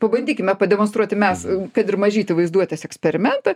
pabandykime pademonstruoti mes kad ir mažytį vaizduotės eksperimentą